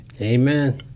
amen